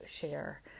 share